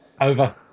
Over